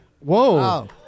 Whoa